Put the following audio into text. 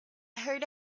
heard